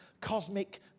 cosmic